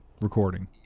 recording